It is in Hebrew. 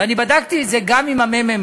ואני בדקתי את זה גם עם הממ"מ,